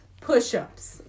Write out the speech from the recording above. push-ups